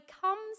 comes